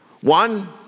One